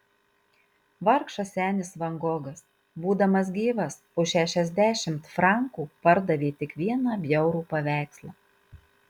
vargšas senis van gogas būdamas gyvas už šešiasdešimt frankų pardavė tik vieną bjaurų paveikslą